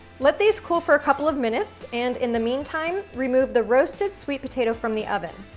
let these cool for a couple of minutes, and in the meantime, remove the roasted sweet potato from the oven.